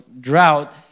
drought